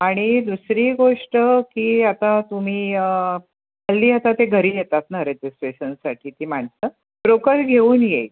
आणि दुसरी गोष्ट की आता तुम्ही हल्ली आता ते घरी येतात ना रजिस्ट्रेशनसाठी ती माणसं ब्रोकर घेऊन येईल